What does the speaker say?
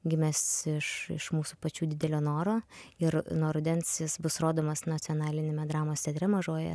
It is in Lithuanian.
gimęs iš iš mūsų pačių didelio noro ir nuo rudens jis bus rodomas nacionaliniame dramos teatre mažojoje